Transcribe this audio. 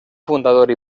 fundador